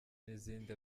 n’izindi